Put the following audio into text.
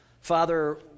Father